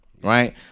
right